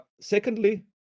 secondly